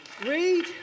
Read